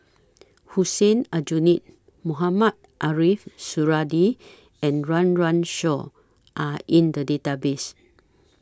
Hussein Aljunied Mohamed Ariff Suradi and Run Run Shaw Are in The Database